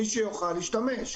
מי שיוכל, ישתמש.